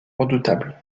redoutable